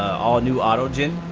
all new autos in